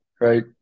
right